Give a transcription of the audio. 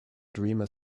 dreamer